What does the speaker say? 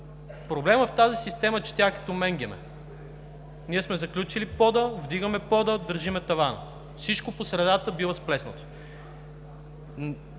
проблемът в тази система е, че тя е като менгеме. Ние сме заключили пода, вдигаме пода, държим тавана – всичко по средата бива сплеснато.